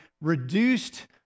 reduced